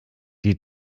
die